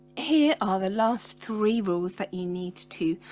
here are the last three rules that you need to?